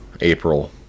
April